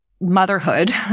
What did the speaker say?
motherhood